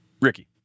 Ricky